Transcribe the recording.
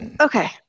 Okay